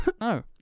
No